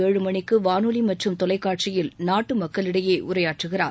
ஏழு மணிக்கு வானொலி மற்றும் தொலைக்காட்சியில் நாட்டு மக்களிடையே உரையாற்றுகிறார்